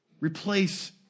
replace